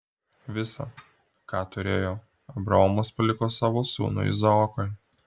visa ką turėjo abraomas paliko savo sūnui izaokui